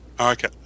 Okay